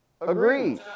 Agreed